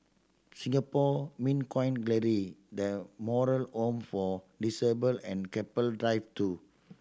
Singapore Mint Coin Gallery The Moral Home for Disabled and Keppel Drive Two